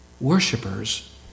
Worshippers